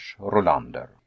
Rolander